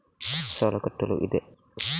ಸಾಲ ಕಟ್ಟಲು ಇದೆ